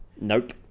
Nope